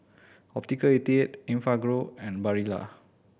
Optical eighty eight Enfagrow and Barilla